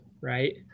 right